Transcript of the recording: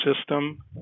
system